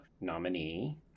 nominee